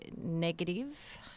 negative